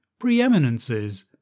preeminences